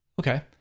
Okay